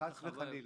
חלילה.